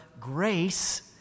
grace